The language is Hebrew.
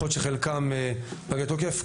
יכול להיות שחלקם פגי תוקף.